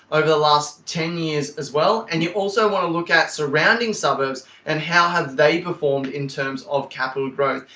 over the last ten years as well. and you also want to look at surrounding suburbs and how have they performed in terms of capital growth.